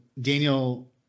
Daniel